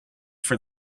for